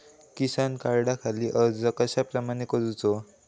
किसान कार्डखाती अर्ज कश्याप्रकारे करूचो?